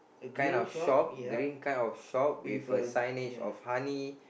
kind of shop green kind of shop with a sign edge of honey